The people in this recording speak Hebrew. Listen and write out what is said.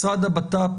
משרד הבט"פ,